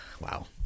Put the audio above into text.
Wow